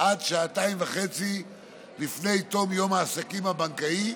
עד שעתיים וחצי לפני תום יום העסקים הבנקאי,